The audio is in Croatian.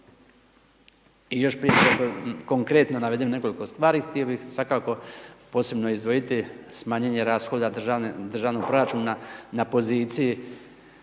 I još prije nego što konkretno navedem nekoliko stvari htio bih svakako posebno izdvojiti smanje rashoda državnog proračuna na poziciji